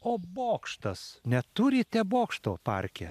o bokštas neturite bokšto parke